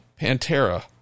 Pantera